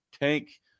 Tank